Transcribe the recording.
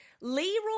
Leroy